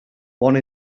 one